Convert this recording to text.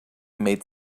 made